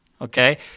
okay